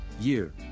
Year